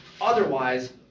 otherwise